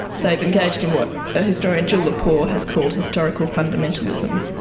they've engaged in what ah historian jill lepore has called historical fundamentalism.